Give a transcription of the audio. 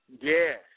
Yes